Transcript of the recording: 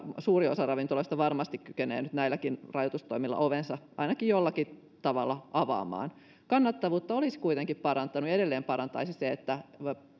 suuri osa ravintoloista varmasti kykenee nyt näilläkin rajoitustoimilla ovensa ainakin jollakin tavalla avaamaan kannattavuutta olisi kuitenkin parantanut ja edelleen parantaisi se että